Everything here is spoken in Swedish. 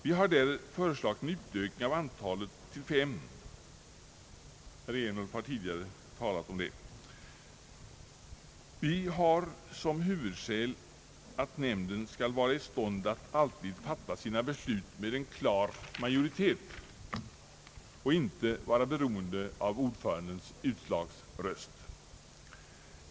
Vi har där föreslagit en utökning av antalet till fem — herr Ernulf har tidigare talat om detta förslag. Vi har som huvudskäl anfört att nämnden skall vara i stånd att alltid fatta sina beslut med en klar majoritet och inte vara beroende av ordförandens utslagsröst.